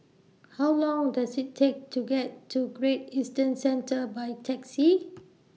How Long Does IT Take to get to Great Eastern Centre By Taxi